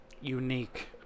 Unique